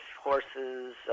horses